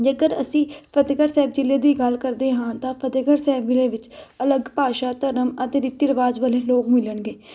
ਜੇਕਰ ਅਸੀਂ ਫਤਿਹਗੜ੍ਹ ਸਾਹਿਬ ਜਿਲ੍ਹੇ ਦੀ ਗੱਲ ਕਰਦੇ ਹਾਂ ਤਾਂ ਫਤਿਹਗੜ੍ਹ ਸਾਹਿਬ ਜਿਲ੍ਹੇ ਵਿੱਚ ਅਲੱਗ ਭਾਸ਼ਾ ਧਰਮ ਅਤੇ ਰੀਤੀ ਰਿਵਾਜ਼ ਵਾਲੇ ਲੋਕ ਮਿਲਣਗੇ